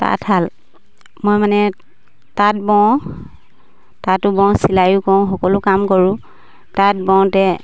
তাঁতশাল মই মানে তাঁত বওঁ তাঁতো বওঁ চিলাইও কৰোঁ সকলো কাম কৰোঁ তাঁত বওঁতে